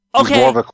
Okay